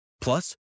Plus